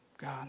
God